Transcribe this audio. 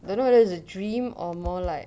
don't know whether it's a dream or more like